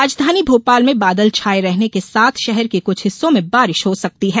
राजधानी भोपाल में बादल छाये रहने के साथ शहर के कुछ हिस्सों में बारिश हो सकती है